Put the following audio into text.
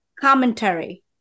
commentary